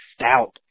stout